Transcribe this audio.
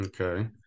Okay